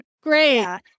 Great